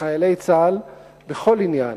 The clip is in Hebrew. לחיילי צה"ל בכל עניין,